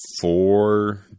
four